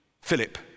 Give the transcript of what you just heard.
Philip